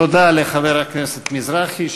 תודה לחבר הכנסת מזרחי,